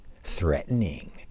threatening